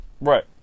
Right